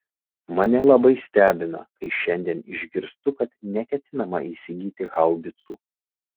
mane labai stebina kai šiandien išgirstu kad neketinama įsigyti haubicų